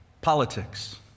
politics